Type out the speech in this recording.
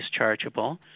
dischargeable